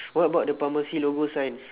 what about the pharmacy logo signs